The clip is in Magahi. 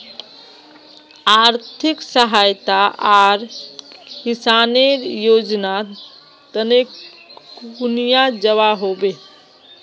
आर्थिक सहायता आर किसानेर योजना तने कुनियाँ जबा होबे?